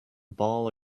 ball